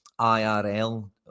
IRL